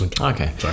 okay